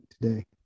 today